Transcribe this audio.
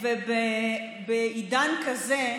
ובעידן כזה,